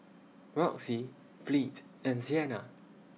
Roxie Fleet and Siena